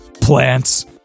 plants